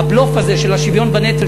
הבלוף הזה של השוויון בנטל,